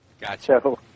Gotcha